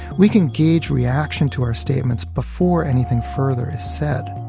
we can gauge reaction to our statements before anything further is said,